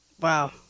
Wow